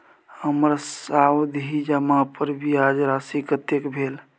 हमर सावधि जमा पर ब्याज राशि कतेक भेल?